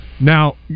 Now